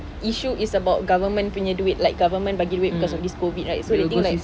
issue is about government punya duit like government bagi duit because of this COVID right so they'll think like